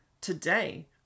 today